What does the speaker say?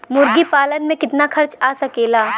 मुर्गी पालन में कितना खर्च आ सकेला?